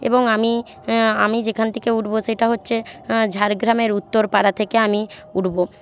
এবং আমি আমি যেখান থেকে উঠব সেটা হচ্ছে ঝাড়গ্রামের উত্তরপাড়া থেকে আমি উঠব